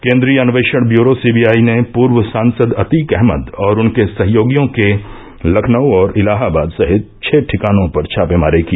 केन्द्रीय अन्वेषण bureau C B I ने पूर्व सांसद अतीक अहमद और उनके सहयोगियों के लखनऊ और इलाहाबाद सहित छह ठिकानों पर छापेमारी की